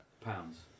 pounds